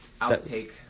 outtake